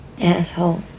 asshole